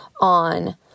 on